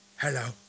Hello